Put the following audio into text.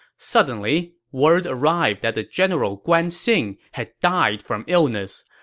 suddenly, word arrived that the general guan xing had died from illness.